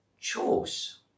chose